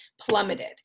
plummeted